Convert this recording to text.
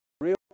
real